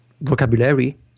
vocabulary